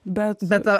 bet bet o